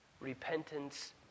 Repentance